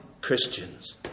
Christians